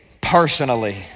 personally